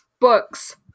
books